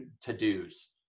to-dos